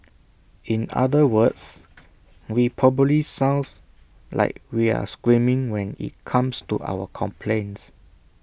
in other words we probably sound like we're screaming when IT comes to our complaints